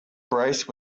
brace